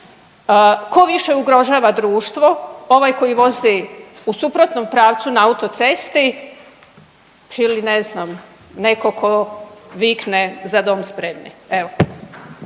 ko više ugrožava društvo ovaj koji vozi u suprotnom pravcu na autocesti ili ne znam neko ko vikne „Za dom spremni!“,